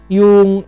yung